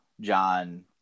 John